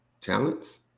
talents